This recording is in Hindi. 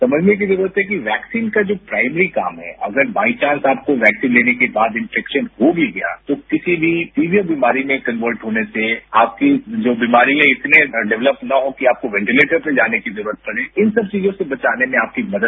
समझने की जरूरत है कि वैक्सीन का जो प्राइमरी काम है अगर बाइचांस आपको वैक्सीन लेने के बाद इनेफेक्शन हो भी गया तो किसी भी सीवियर बीमारी में कन्वर्ट होने से आपके जो बीमारियां इतने डेवलप न हो कि आपको वेंटिलेटर पर जाने की जरूरत पड़े इन सब चीजों से बचाने में आपकी मदद करता है